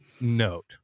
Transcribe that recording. note